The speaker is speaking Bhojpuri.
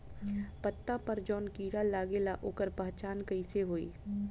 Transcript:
पत्ता पर जौन कीड़ा लागेला ओकर पहचान कैसे होई?